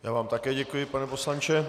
Já vám také děkuji, pane poslanče.